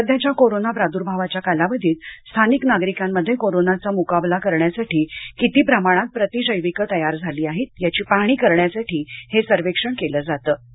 सध्याच्या कोरोना प्रादुर्भावाच्या कालावधीत स्थानिक नागरिकांमध्ये कोरोनाचा मुकाबला करण्यासाठी किती प्रमाणात प्रतिजैविकं तयार झाली आहेत याची पाहणी करण्यासाठी हे सर्वेक्षण केलं जातं